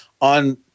on